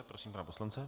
Prosím pana poslance.